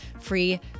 free